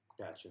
Gotcha